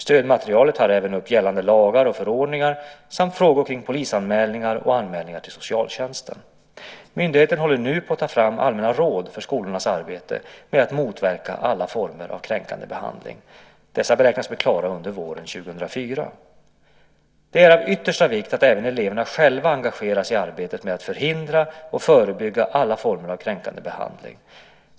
Stödmaterialet tar även upp gällande lagar och förordningar samt frågor kring polisanmälningar och anmälningar till socialtjänsten. Myndigheten håller nu på att ta fram allmänna råd för skolornas arbete med att motverka alla former av kränkande behandling. Dessa beräknas bli klara under våren 2004. Det är av yttersta vikt att även eleverna själva engageras i arbetet med att förhindra och förebygga alla former av kränkande behandling.